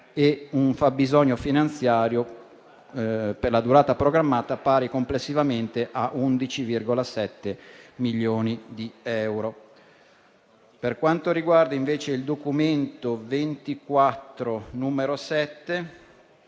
e un fabbisogno finanziario per la durata programmata pari complessivamente a 11,7 milioni di euro. Per quanto riguarda invece il documento XXIV, n. 7,